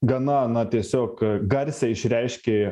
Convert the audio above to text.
gana na tiesiog garsiai išreiškė